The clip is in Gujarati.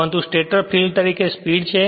પરંતુ સ્ટેટર ફીલ્ડ તરીકે સ્પીડ છે